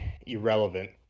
irrelevant